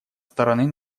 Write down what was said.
стороны